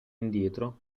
indietro